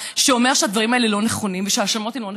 שאומר שהדברים האלה לא נכונים ושההאשמות הן לא נכונות.